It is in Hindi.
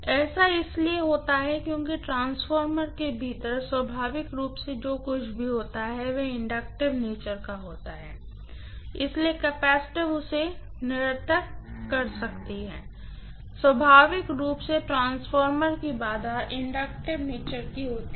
ऐसा इसलिए होता है क्योंकि ट्रांसफार्मर के भीतर स्वाभाविक रूप से जो कुछ भी होता है वह इंडक्टिव नेचर का होता है इसलिए कपसिटंस उसे निरर्थक कर देती है स्वाभाविक रूप से ट्रांसफार्मर की बाधा इंडक्टिव नेचर की होती है